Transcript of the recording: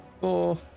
four